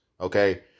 okay